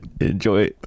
enjoy